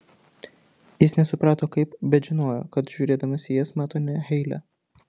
jis nesuprato kaip bet žinojo kad žiūrėdamas į jas mato ne heilę